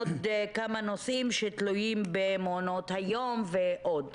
עוד כמה נושאים שתלויים במעונות היום ועוד.